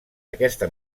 aquesta